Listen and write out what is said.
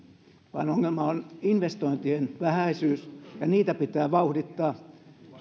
vaan ongelma on investointien vähäisyys ja niitä pitää vauhdittaa